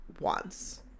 wants